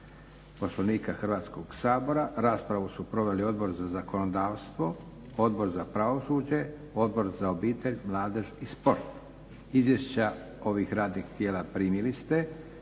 Poslovnika Hrvatskog sabora. Raspravu su proveli Odbor za zakonodavstvo, Odbor za pravosuđe, Odbor za obitelj, mladež i sport. Izvješća tih radnih tijela ste primili na